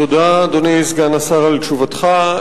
תודה, אדוני סגן השר, על תשובתך.